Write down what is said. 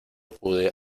pude